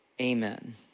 amen